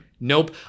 Nope